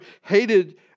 hated